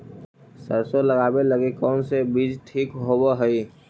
सरसों लगावे लगी कौन से बीज ठीक होव हई?